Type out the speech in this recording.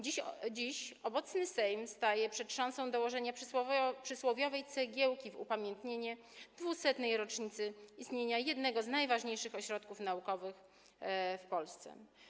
Dziś obecny Sejm staje przed szansą dołożenia przysłowiowej cegiełki do upamiętnienia 200. rocznicy istnienia jednego z najważniejszych ośrodków naukowych w Polsce.